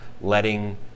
letting